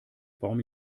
warum